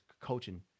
coaching